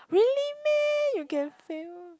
really meh you can fail